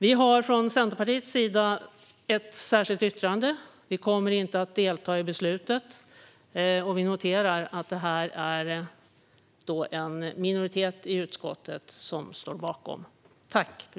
Vi har från Centerpartiets sida ett särskilt yttrande. Vi kommer inte att delta i beslutet, och vi noterar att det är en minoritet i utskottet som står bakom det här.